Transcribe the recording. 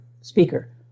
speaker